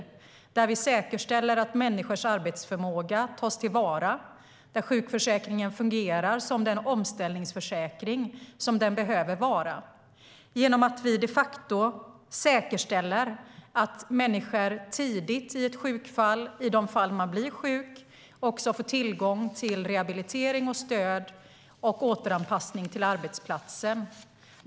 Vi måste säkerställa att människors arbetsförmåga tas till vara och att sjukförsäkringen fungerar som den omställningsförsäkring den behöver vara, och vi behöver de facto säkerställa att människor, i de fall de blir sjuka, också får tillgång till rehabilitering och stöd och återanpassning till arbetsplatsen.